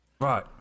Right